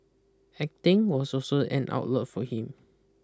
acting was also an outlet for him